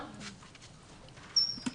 כן,